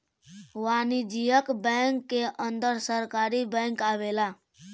वाणिज्यिक बैंक के अंदर सरकारी बैंक आवेला